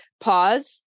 Pause